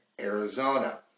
Arizona